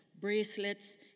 bracelets